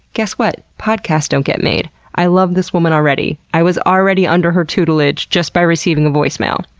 guess what? podcasts don't get made. i love this woman already. i was already under her tutelage just by receiving a voicemail.